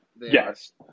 yes